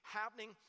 happening